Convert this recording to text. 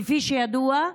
כפי שידוע,